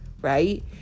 right